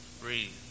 Breathe